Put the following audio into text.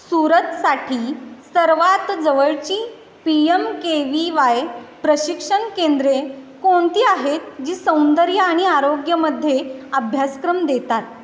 सुरतसाठी सर्वात जवळची P M K V Y प्रशिक्षण केंद्रे कोणती आहेत जी सौंदर्य आणि आरोग्यमध्ये अभ्यासक्रम देतात